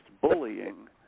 bullying